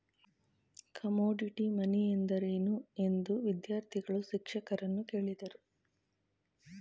Commodity money ಎಂದರೇನು? ಎಂದು ವಿದ್ಯಾರ್ಥಿಗಳು ಶಿಕ್ಷಕರನ್ನು ಕೇಳಿದರು